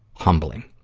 humbling!